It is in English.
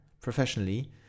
professionally